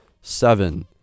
seven